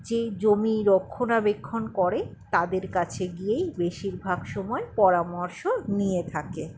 যে জমি রক্ষণা বেক্ষণ করে তাদের কাছে গিয়েই বেশিরভাগ সময় পরামর্শ নিয়ে থাকে